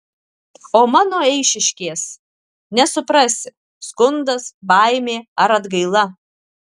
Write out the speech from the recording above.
o mano eišiškės nesuprasi skundas baimė ar atgaila